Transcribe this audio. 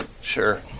Sure